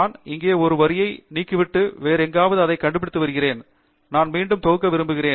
நான் இங்கே ஒரு வரியை நீக்கிவிட்டு வேறு எங்காவது அதை கண்டுபிடித்து வருகிறேன் நான் மீண்டும் தொகுக்க போகிறேன்